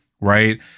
right